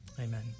Amen